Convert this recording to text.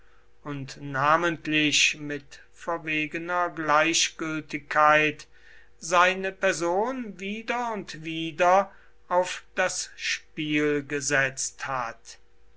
und namentlich mit verwegener gleichgültigkeit seine person wieder und wieder auf das spiel gesetzt hat